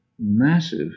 massive